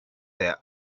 their